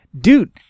dude